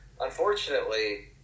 Unfortunately